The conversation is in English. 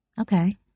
Okay